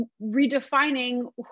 redefining